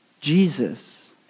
Jesus